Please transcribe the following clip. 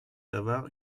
d’avoir